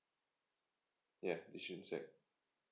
yeah yishun sec